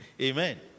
Amen